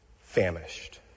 famished